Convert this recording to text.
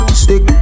stick